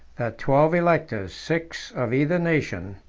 that twelve electors, six of either nation,